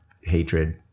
hatred